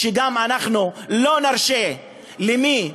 שאנחנו גם לא נרשה למי,